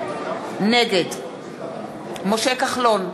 נגד משה כחלון,